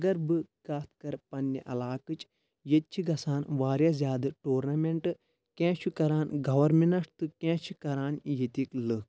اگر بہٕ کَتھ کَرٕ پنٕنہِ علاقٕچ ییٚتہِ چھِ گژھان واریاہ زیادٕ ٹورنامِنٹ کینٛہہ چھُ کَران گورمِنٹھَ تہٕ کینٛہہ چھِ کَران ییٚتِکۍ لٕکھ